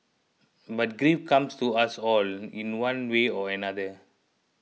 but grief comes to us all in one way or another